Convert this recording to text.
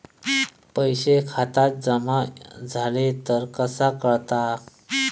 पैसे खात्यात जमा झाले तर कसा कळता?